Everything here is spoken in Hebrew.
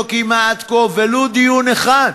לא קיימה עד כה ולו דיון אחד